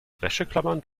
wäscheklammern